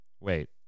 Wait